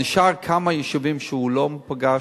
נשארו כמה יישובים שהוא לא פגש,